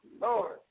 Lord